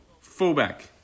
fullback